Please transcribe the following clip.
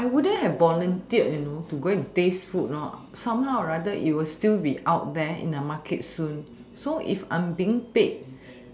I wouldn't have volunteer you know to go and taste food somehow or rather it will still be out there in the Market soon so if I'm been paid